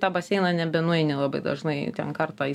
tą baseiną nebenueini labai dažnai ten kartą į